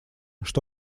что